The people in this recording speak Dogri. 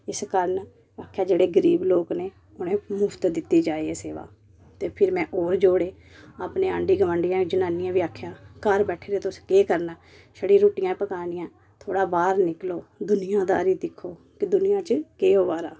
इस कारण आखेआ जेह्ड़े गरीब लोग नै उनेंगी मुफ्त दित्ती जाए एह् सेवा ते फिर में और जोड़े अपने आंञी गोआंढियें जनानियें गी आखेआ घर बैठे दे तुस केह् करना छड़ी रूट्टियां पकानियां थोड़ा बाहर निकलो दुनियादारी दिक्खो कि दुनिया च केह् होआ दा केह् नी होआ दा